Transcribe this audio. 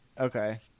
Okay